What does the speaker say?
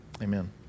Amen